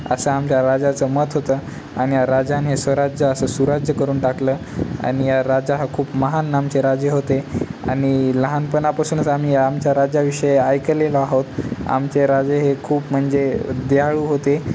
असं आमच्या राजाचं मत होतं आणि या राजाने हे स्वराज्य असं सुराज्य करून टाकलं आणि या राजा हा खूप महान आमचे राजे होते आणि लहानपणापासूनच आम्ही आमच्या राजाविषयी ऐकलेलं आहोत आमचे राजे हे खूप म्हणजे दयाळू होते